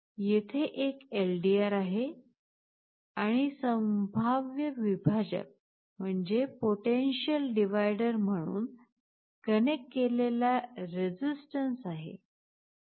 येथे एक एलडीआर आहे आणि संभाव्य विभाजक म्हणून कनेक्ट केलेला रेसिस्टन्स आहे